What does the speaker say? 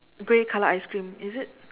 grey color ice cream is it